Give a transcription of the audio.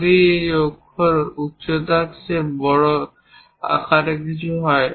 যদি এটি অক্ষর উচ্চতার বড় বড় আকারের কিছু হয়